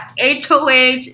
HOH